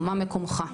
מה מקומך.